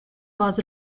was